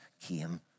came